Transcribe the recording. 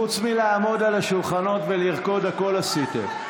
חוץ מלעמוד על השולחנות ולרקוד, הכול עשיתם.